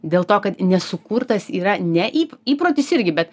dėl to kad nesukurtas yra ne įp įprotis irgi bet